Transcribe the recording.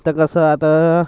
तर कसं आहे आता